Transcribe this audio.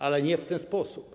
Ale nie w ten sposób.